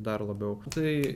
dar labiau tai